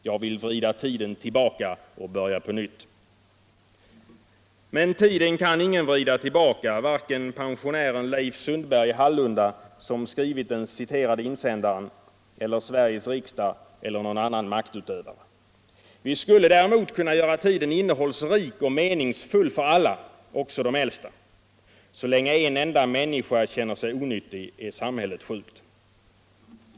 Jag vill vrida tiden tillbaka och börja på nytt.” Men tiden kan ingen vrida tillbaka. varken pensionären Leif Sundberg i Hallunda, som skrivit den citerade insändaren, eller Sveriges riksdag eller någon annan maktutövare. Vi skulle däremot kunna göra tiden innehållsrik och meningsfull för alla — också de äldsta. Så länge en enda människa känner sig onyttig är samhället sjukt.